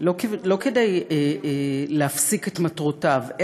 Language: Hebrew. לא כדי להפסיק את מטרותיו,